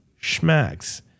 schmacks